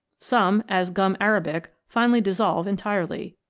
some, as gum-arabic, finally dissolve entirely.